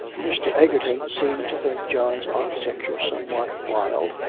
mr. egerton seemed to think john's architecture somewhat wild,